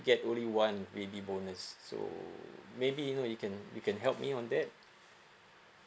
get only one baby bonus so maybe you know you can you can help me on that